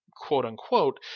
quote-unquote